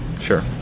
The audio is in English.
Sure